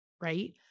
right